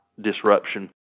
disruption